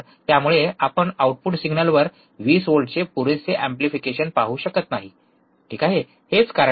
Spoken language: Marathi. त्यामुळे आपण आउटपुट सिग्नलवर 20 व्होल्टचे पुरेसे एम्पलिफिकेशन पाहू शकत नाही ठीक आहे हेच कारण आहे